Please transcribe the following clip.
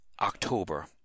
October